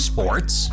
Sports